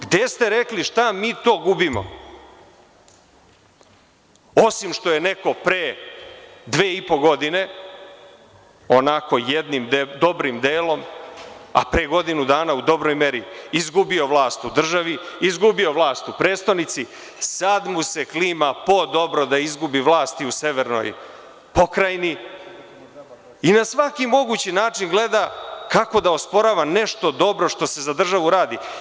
Gde ste rekli šta mi to gubimo, osim što je neko pre dve i po godine onako jednim dobrim delom, a pre godinu dana u dobroj meri izgubio vlast u državi, izgubio vlast u prestonici, sada mu se klima pod dobro da izgubi vlast i u severnoj pokrajini i na svaki mogući način gleda kako da osporava nešto dobro što se za državu radi.